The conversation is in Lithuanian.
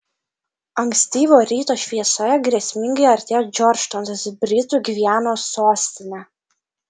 ankstyvo ryto šviesoje grėsmingai artėjo džordžtaunas britų gvianos sostinė